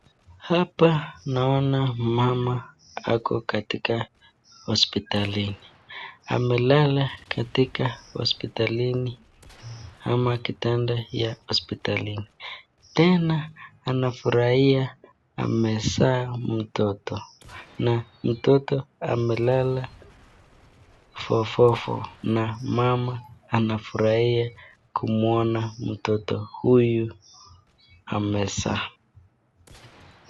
Hapa naona mama ako katika hospitalini, amelala katika hospitalini ama kitanda ya hospitalini .tena anafurahia amezaa mtoto, na mtoto amelala fofofo na mama anafurahia kumuona mtoto huyu amezaa.